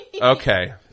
Okay